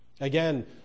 Again